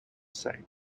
same